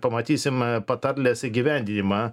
pamatysime patarlėse įgyvendinimą